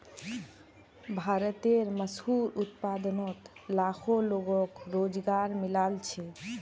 भारतेर मशहूर उत्पादनोत लाखों लोगोक रोज़गार मिलाल छे